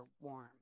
warm